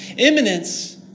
Imminence